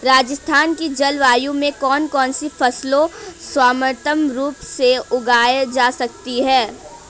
राजस्थान की जलवायु में कौन कौनसी फसलें सर्वोत्तम रूप से उगाई जा सकती हैं?